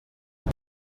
teià